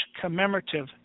commemorative